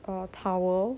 or a towel